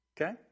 Okay